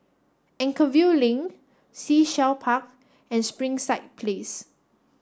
Anchorvale Link Sea Shell Park and Springside Place